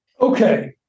okay